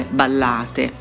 ballate